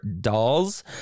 dolls